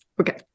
Okay